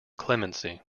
clemency